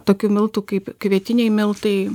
tokių miltų kaip kvietiniai miltai